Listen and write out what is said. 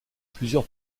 plusieurs